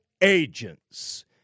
agents